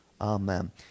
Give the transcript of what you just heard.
Amen